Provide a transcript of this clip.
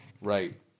right